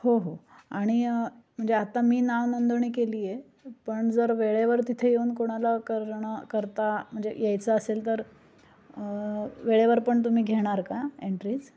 हो हो आणि म्हणजे आता मी नावनोंदणी केली आहे पण जर वेळेवर तिथे येऊन कोणाला करणं करता म्हणजे यायचं असेल तर वेळेवर पण तुम्ही घेणार का एन्ट्रीज